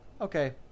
okay